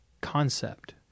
concept